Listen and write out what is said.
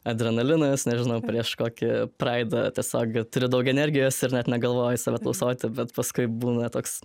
adrenalinas nežinau prieš kokį praidą tiesiog turi daug energijos ir net negalvoji save tausoti bet paskui būna toks